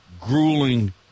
grueling